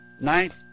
ninth